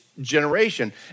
generation